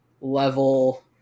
level